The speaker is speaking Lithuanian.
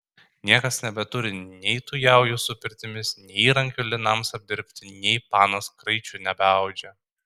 niekas nebeturi nei tų jaujų su pirtimis nei įrankių linams apdirbti nei panos kraičių nebeaudžia